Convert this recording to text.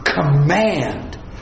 command